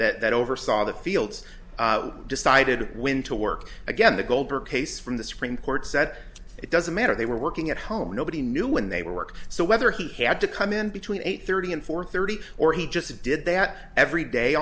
case that oversaw the fields decided when to work again the goldberg case from the supreme court said it doesn't matter they were working at home nobody knew when they work so whether he had to come in between eight thirty and four thirty or he just did that every day